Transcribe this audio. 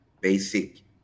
basic